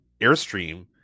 Airstream